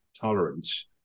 tolerance